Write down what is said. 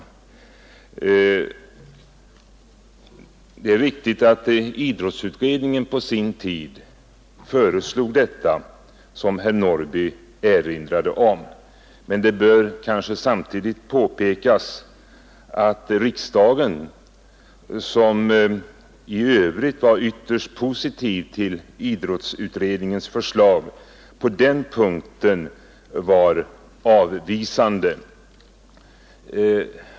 Det är, som herr Norrby i Gunnarskog erinrade om, riktigt att idrottsutredningen på sin tid föreslog detta. Men det bör samtidigt påpekas att riksdagen, som i Övrigt var ytterst positiv till idrottsutredningens förslag, på den punkten var avvisande.